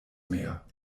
mehr